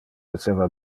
esseva